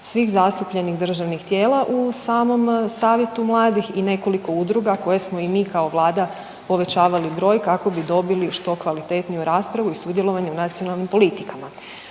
svih zastupljenih državnih tijela u samom Savjetu mladih i nekoliko udruga koje smo i mi kao Vlada povećavali broj kako bi dobili što kvalitetniju raspravu i sudjelovanje u nacionalnim politikama.